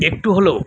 একটু হলেও